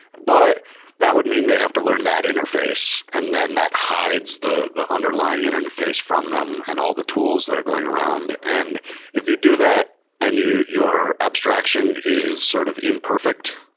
but that would mean they have to learn that interface, and then that hides the the underlying interface from them and all the tools that are going around. and if you do that and your abstraction is sort of imperfect,